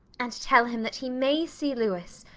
and tell him that he may see louis,